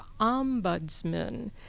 ombudsman